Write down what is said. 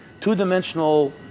Two-dimensional